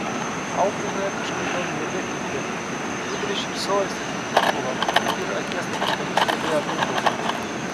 auklėtoja kažkodėl nebeklykė gudriai šypsojosi kaip kūrva ir akies krašteliu stebėjo mindaugą